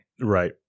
Right